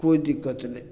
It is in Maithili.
कोइ दिक्कत नहि